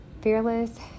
fearless